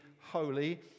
holy